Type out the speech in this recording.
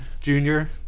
Junior